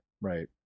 right